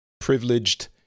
privileged